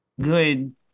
good